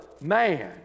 man